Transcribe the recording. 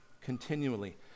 continually